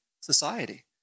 society